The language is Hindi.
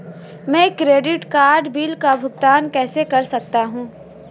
मैं क्रेडिट कार्ड बिल का भुगतान कैसे कर सकता हूं?